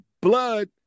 blood